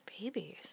babies